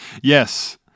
Yes